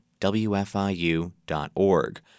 wfiu.org